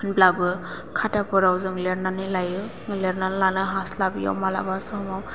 होनब्लाबो खाथाफोराव जों लिरनानै लायो लिरना लानो हास्लाबैयाव माब्लाबा समाव